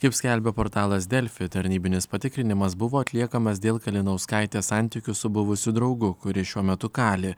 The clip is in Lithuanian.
kaip skelbia portalas delfi tarnybinis patikrinimas buvo atliekamas dėl kalinauskaitės santykių su buvusiu draugu kuris šiuo metu kali